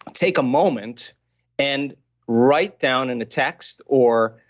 take a moment and write down in a text or,